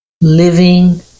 Living